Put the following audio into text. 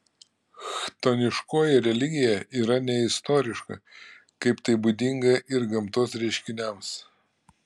chtoniškoji religija yra neistoriška kaip tai būdinga ir gamtos reiškiniams